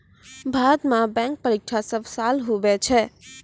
भारत मे बैंक परीक्षा सब साल हुवै छै